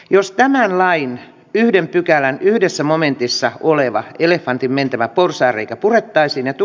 jos tämä vain yhden pykälän yhdessä momentissa oleva elefantinmentävä porsaanreikä purettaisiinetu